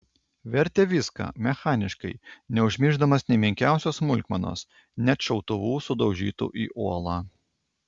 vertė viską mechaniškai neužmiršdamas nė menkiausios smulkmenos net šautuvų sudaužytų į uolą